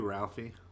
Ralphie